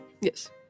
Yes